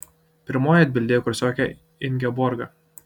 pirmoji atbildėjo kursiokė ingeborga